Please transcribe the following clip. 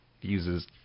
uses